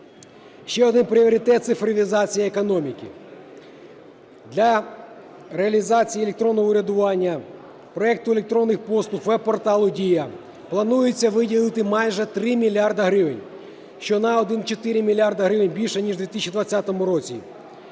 Ще один пріоритет – цифровізація економіки. Для реалізації електронного урядування, проекту електронних послуг веб-порталу "Дія" планується виділити майже 3 мільярди гривень, що на 1,4 мільярда гривень більше, ніж у 2020 році.